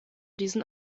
diesen